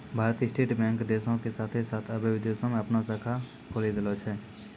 भारतीय State Bank देशो के साथे साथ अबै विदेशो मे अपनो शाखा खोलि देले छै